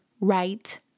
right